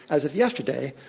as of yesterday,